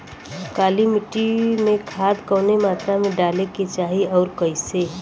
काली मिट्टी में खाद कवने मात्रा में डाले के चाही अउर कइसे?